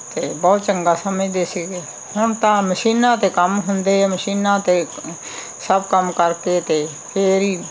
ਅਤੇ ਬਹੁਤ ਚੰਗਾ ਸਮਝਦੇ ਸੀਗੇ ਹੁਣ ਤਾਂ ਮਸ਼ੀਨਾਂ 'ਤੇ ਕੰਮ ਹੁੰਦੇ ਆ ਮਸ਼ੀਨਾਂ 'ਤੇ ਸਭ ਕੰਮ ਕਰਕੇ ਅਤੇ ਫਿਰ ਹੀ